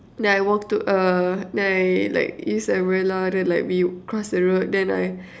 then I walk to uh then I like use umbrella then like we cross the road then I